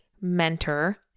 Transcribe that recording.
mentor